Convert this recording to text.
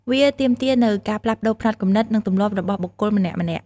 វាទាមទារនូវការផ្លាស់ប្តូរផ្នត់គំនិត និងទម្លាប់របស់បុគ្គលម្នាក់ៗ។